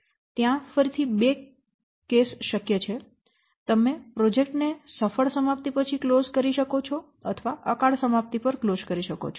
ત્યાં ફરીથી બે કેસ શક્ય છે તમે પ્રોજેક્ટ ને સફળ સમાપ્તિ પછી ક્લોઝ કરી શકો છો અથવા અકાળ સમાપ્તિ પર ક્લોઝ કરી શકો છો